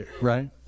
right